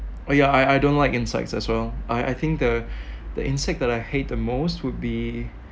oh yeah I I don't like insects as well I I think the the insect that I hate the most would be